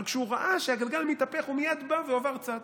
אבל כשהוא ראה שהגלגל מתהפך הוא מייד בא ועבר צד?